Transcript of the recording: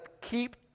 keep